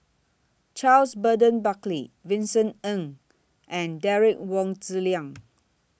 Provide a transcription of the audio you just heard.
Charles Burton Buckley Vincent Ng and Derek Wong Zi Liang